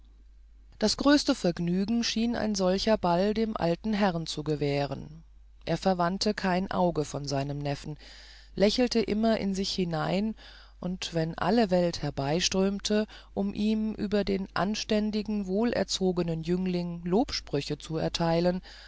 das größte vergnügen schien ein solcher ball dem alten herrn zu gewähren er verwandte kein auge von seinem neffen lächelte immer in sich hinein und wenn alle welt herbeiströmte um ihm über den anständigen wohlerzogenen jüngling lobsprüche zu erteilen